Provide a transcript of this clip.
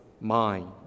mind